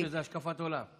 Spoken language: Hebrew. את אומרת שזה השקפת עולם?